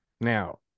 Now